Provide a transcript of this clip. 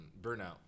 Burnout